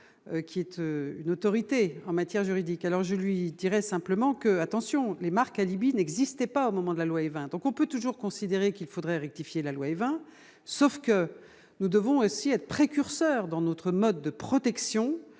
quitte une autorité en matière juridique, alors je lui dirais simplement que, attention, les marques alibi n'existaient pas au moment de la loi Évin, tant qu'on peut toujours considérer qu'il faudrait rectifier la loi Évin, sauf que nous devons aussi être précurseur dans notre mode de protection